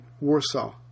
Warsaw